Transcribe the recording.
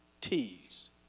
T's